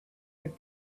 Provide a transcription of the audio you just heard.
would